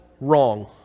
wrong